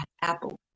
apple